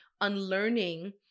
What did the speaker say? unlearning